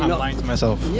and lying to myself.